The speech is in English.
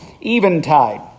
eventide